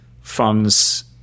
funds